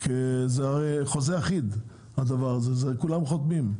כי הדבר הזה הוא למעשה חוזה אחיד וכולם חותמים.